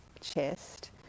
chest